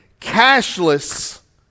cashless